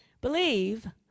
believe